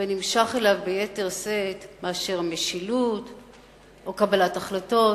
ונמשך אליו ביתר שאת מאשר למשילות או לקבלת החלטות.